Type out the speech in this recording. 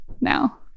now